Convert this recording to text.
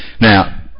Now